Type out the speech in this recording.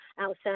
outside